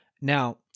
Now